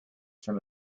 from